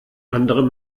andere